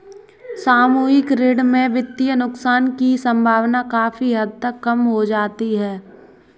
सामूहिक ऋण में वित्तीय नुकसान की सम्भावना काफी हद तक कम हो जाती है